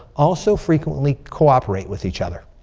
also frequently cooperate with each other.